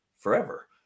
forever